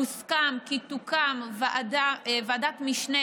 הוסכם כי תוקם ועדת משנה